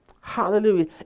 hallelujah